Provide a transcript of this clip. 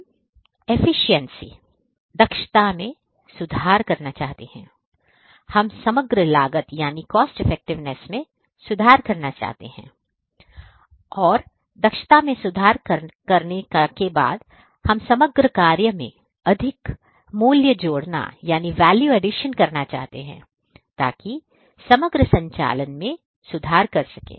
हम efficiency में सुधार करना चाहते हैं हम समग्र कार्य मैं अधिक मूल्य जुड़ना चाहते हैं ताकि समग्र संचालन में सुधार कर सकें